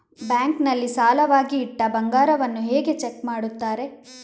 Bank ನಲ್ಲಿ ಸಾಲವಾಗಿ ಇಟ್ಟ ಬಂಗಾರವನ್ನು ಹೇಗೆ ಚೆಕ್ ಮಾಡುತ್ತಾರೆ?